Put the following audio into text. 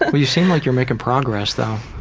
you seem like you're making progressive, though.